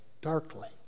darkly